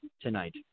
tonight